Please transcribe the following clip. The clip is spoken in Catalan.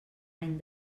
any